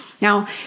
Now